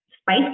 spice